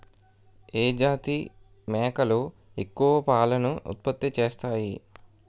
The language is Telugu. ఏ జాతి మేకలు ఎక్కువ పాలను ఉత్పత్తి చేస్తాయి?